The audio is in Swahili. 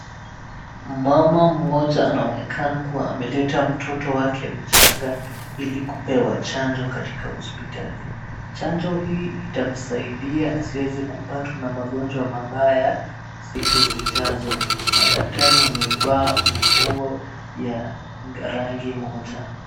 Mama mmoja anaonekana kuwa ameleta mtoto wake mchanga ili kupewa chanjo katika hospitali chanjo hii itamsaidia asiweze kupatwa na magonjwa mabaya siku zijazo madaktari wamevaa manguo ya rangi moja.